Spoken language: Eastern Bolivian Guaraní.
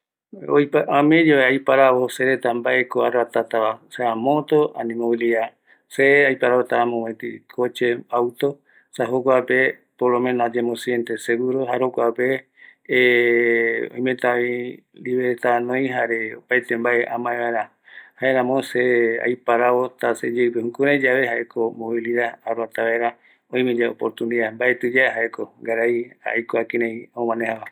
omee yave severeta aioaravo mbaeko aroatatava, sea moto o mobilidad, se aiparavota mopëtï coche auto, jokuape ayembo siente seguro, jare jokuape oimetavi libertad anoi, jare opaete mbae amae vaera, jaeramo se aioaravota seyeïpe jukuraiyave jaeko mobilidad aroata vaera, oime yae oportunidad mbaetï yae jaeko ngara aikua kïraï amo maneja vaera.